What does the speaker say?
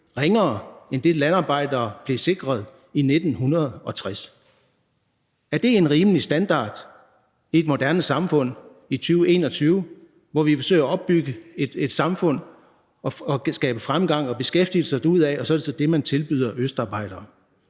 ringere end det, landarbejdere blev sikret i 1960. Er det er en rimelig standard i et morderne samfund i 2021, hvor vi forsøger at opbygge et samfund og skabe fremgang og beskæftigelse – og så er det så det, man tilbyder østarbejdere?